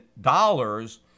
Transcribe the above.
dollars